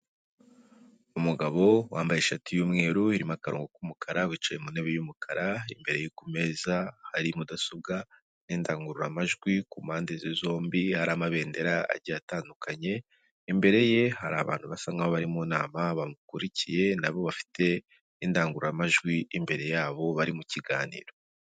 Umugabo wambaye ishati y’umweru irimo akarongo k'umukara wicaye ku ntebe y’umukara, imbere ye ku meza hari mudasobwa n'indangururamajwi, ku mpande ze zombi hari amabendera ajyiye atandukanye, imbere ye hari abantu basa nk’abari mu nama bamukurikiye nabo bafite indangururamajwi imbere yabo bari mu kiganiro.